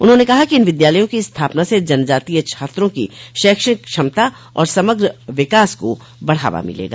उन्होंने कहा कि इन विद्यालयों की स्थापना से जनजातीय छात्रों की शैक्षणिक क्षमता और समग्र विकास को बढ़ावा मिलेगा